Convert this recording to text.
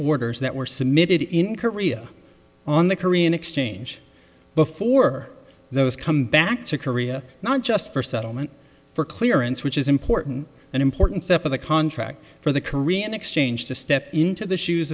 orders that were submitted in korea on the korean exchange before those come back to korea not just for settlement for clearance which is important an important step of the contract for the korean exchange to step into the shoes